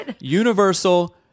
universal